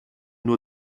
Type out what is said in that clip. nur